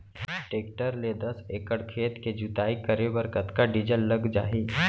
Tractor ले दस एकड़ खेत के जुताई करे बर कतका डीजल लग जाही?